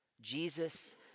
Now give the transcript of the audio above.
Jesus